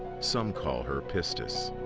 some call her pistis.